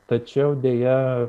tačiau deja